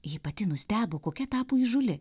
ji pati nustebo kokia tapo įžūli